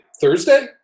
thursday